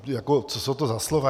Jako co jsou to za slova?